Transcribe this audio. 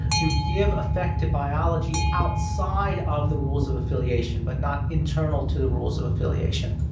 you give affect to biology outside of the rules of affiliation, but not internal to the rules of affiliation.